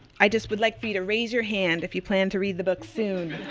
i just would like for you to raise your hand if you plan to read the book soon.